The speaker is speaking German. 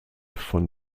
von